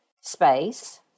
space